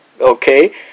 Okay